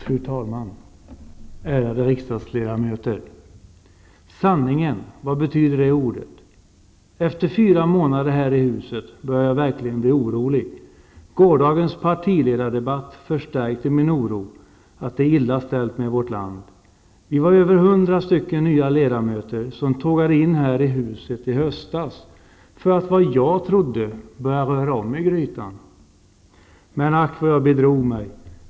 Fru talman! Ärade riksdagsledamöter! Sanning -- vad betyder det ordet? Efter fyra månader här i huset börjar jag verkligen bli orolig. Gårdagens partiledardebatt förstärkte min oro att det är illa ställt i vårt land. Vi var över hundra nya ledamöter som tågade in här i huset i höstas för att, som jag trodde, börja röra om i grytorna. Men ack, vad jag bedrog mig.